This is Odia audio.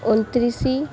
ଅଣତିରିଶ